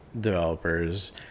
developers